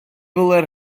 fowler